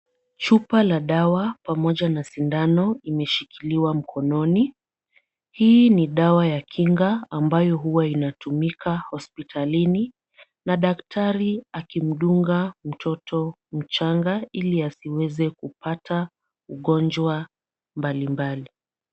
Chupa la dawa pamoja na sindano imeshikiliwa mkononi. Hii ni dawa ya kinga ambayo huwa inatumika hospitalini na daktari akimdunga mtoto mchanga ili asiweze kupata ugonjwa mbali mbali.